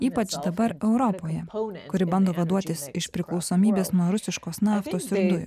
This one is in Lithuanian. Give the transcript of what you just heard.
ypač dabar europoje kuri bando vaduotis iš priklausomybės nuo rusiškos naftos ir dujų